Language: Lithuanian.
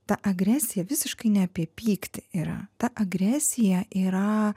ta agresija visiškai ne apie pyktį yra ta agresija yra